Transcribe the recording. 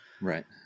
right